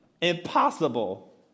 impossible